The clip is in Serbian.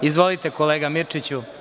Izvolite kolega Mirčiću.